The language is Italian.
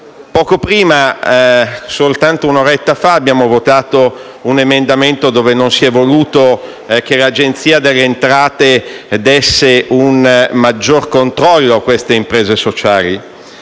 Poco prima, soltanto un'ora fa, abbiamo votato un emendamento dove non si è voluto che l'Agenzia delle entrate operasse un maggior controllo su queste imprese sociali,